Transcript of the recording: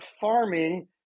farming